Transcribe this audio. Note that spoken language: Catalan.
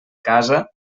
casa